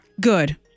Good